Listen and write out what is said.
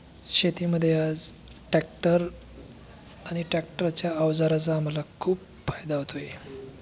शेतीमध्ये आज टॅक्टर आणि टॅक्टरच्या अवजाराचा मला खूप फायदा होतो आहे